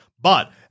But-